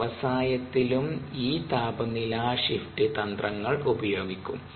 വ്യവസായത്തിലും ഈ താപനില ഷിഫ്റ്റ് തന്ത്രങ്ങൾ ഉപയോഗിക്കും